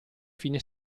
fine